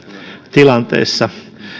tilanteissa